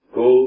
go